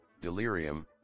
delirium